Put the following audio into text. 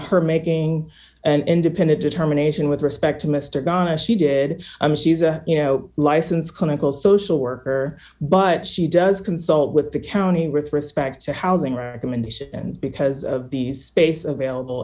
her making an independent determination with respect to mr gonna she did you know licensed clinical social worker but she does consult with the county with respect to housing recommendations because of the space available